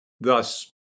Thus